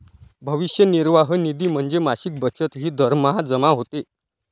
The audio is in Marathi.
भविष्य निर्वाह निधी म्हणजे मासिक बचत जी दरमहा जमा होते